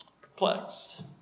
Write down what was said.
perplexed